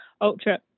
ultra